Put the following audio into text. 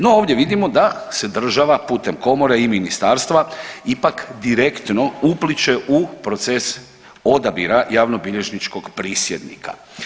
No, ovdje vidimo da se država putem komore i ministarstva ipak direktno upliće u proces odabira javnobilježničkog prisjednika.